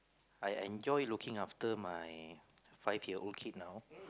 I enjoy looking after my five year old kid now